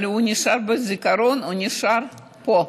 אבל היא נשארה בזיכרון, הוא נשארה פה,